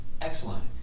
Excellent